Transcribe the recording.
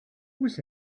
was